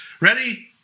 ready